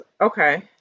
Okay